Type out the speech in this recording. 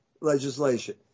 legislation